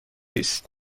است